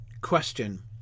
question